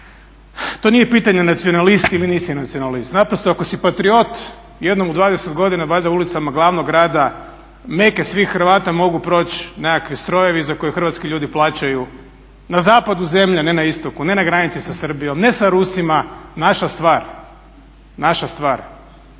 to nije pitanje nacionalisti, vi niste nacionalist. Naprosto ako si patriot jednom u 20.godina valjda ulicama glavnog grada, Meke svih Hrvata mogu proći nekakvi strojevi za koje hrvatski ljudi plaćaju, na zapadu zemlje, ne na istoku, ne na granici sa Srbijom, ne sa Rusima, naša stvar, naša stvar